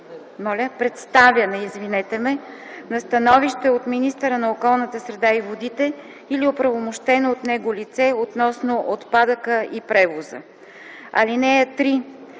до представяне на становище от министъра на околната среда и водите или оправомощено от него лице относно отпадъка и превоза. (3)